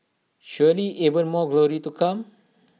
surely even more glory to come